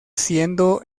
siendo